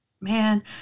man